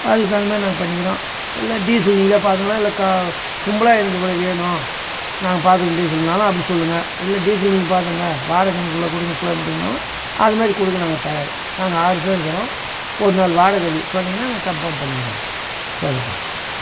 அதுக்கு தகுந்தமாதிரி நாங்கள் பண்ணிக்கிறோம் இல்லாட்டி டீசல் நீங்களே பார்த்துக்கலாம் இல்லை கா கும்பலாக எனக்கு இவ்வளோ வேணும் நாங்கள் பார்த்துக்குறோம் டீசல்னாலும் அப்படி சொல்லுங்க இல்லை டீசல் நீங்கள் பார்த்துக்குங்க வாடகை எனக்கு இவ்வளோ கொடுங்க கிலோமீட்டருக்குனாலும் அதுமாதிரி கொடுக்க நாங்கள் தயார் நாங்கள் ஆறு பேர் இருக்குறோம் ஒரு நாள் வாடகை எப்படி சொன்னீங்கனால் நாங்க கன்ஃபார்ம் பண்ணிக்கிறோம் சரி பா